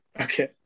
Okay